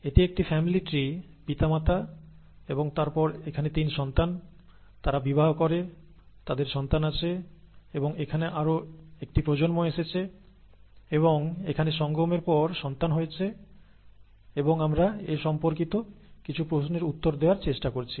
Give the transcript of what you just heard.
এটি একটি family tree পিতা মাতা এবং তারপর এখানে 3 টি সন্তান তারা বিবাহ করে এবং তাদের সন্তান আছে এবং এখানে আরও একটি প্রজন্ম এসেছে এবং এখানে সঙ্গমের পর সন্তান হয়েছে এবং আমরা এ সম্পর্কিত কিছু প্রশ্নের উত্তর দেওয়ার চেষ্টা করছি